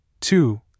Two